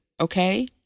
okay